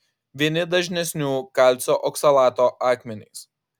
vieni dažnesnių kalcio oksalato akmenys